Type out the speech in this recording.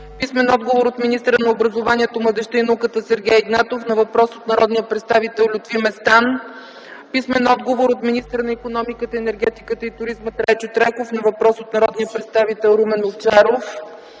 писмен отговор от министъра на образованието, младежта и науката Сергей Игнатов на въпрос от народния представител Лютви Местан; - писмен отговор от министъра на икономиката, енергетиката и туризма Трайчо Трайков на въпрос от народния представител Румен Овчаров;